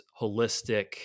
holistic